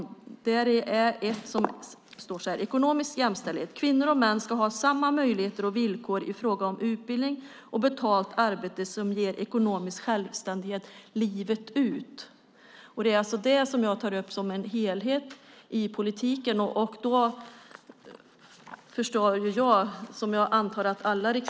Under ett av delmålen står det så här: "Ekonomisk jämställdhet. Kvinnor och män ska ha samma möjligheter och villkor i fråga om utbildning och betalt arbete för att ge ekonomisk självständighet livet ut." Det är det som jag tar upp som en helhet i politiken.